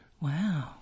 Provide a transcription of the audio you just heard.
Wow